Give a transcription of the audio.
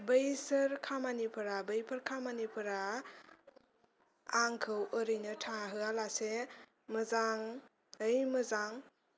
बैसोर खामानिफोरा बैफोर खामानिफोरा आंखौ ओरैनो थाहोआलासे मोजाङै मोजां